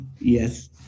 yes